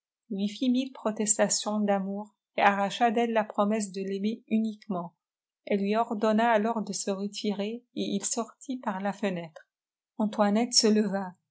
lui fit mille protestations d'amour et arracha d'elle la promesse de l'aimer uniquement elle lui ordonna alors de se retirer et il sortit par la fenêtre antoinette se leva